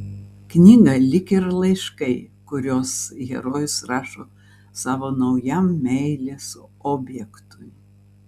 knyga lyg ir laiškai kuriuos herojus rašo savo naujam meilės objektui